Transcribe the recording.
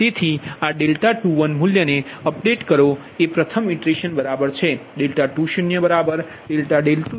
તેથી આ 21 મૂલ્યને અપડેટ કરો એ પ્રથમ ઇટરેશન બરાબર છે 20∆20 જે 0 0